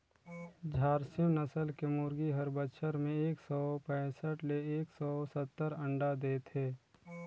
झारसीम नसल के मुरगी हर बच्छर में एक सौ पैसठ ले एक सौ सत्तर अंडा देथे